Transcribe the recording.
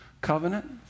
covenant